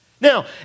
Now